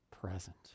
present